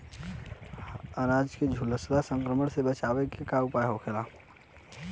अनार के झुलसा संक्रमण से बचावे के उपाय का होखेला?